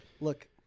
look